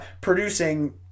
producing